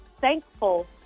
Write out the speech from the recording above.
thankful